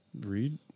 Read